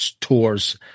tours